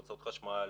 חשמל,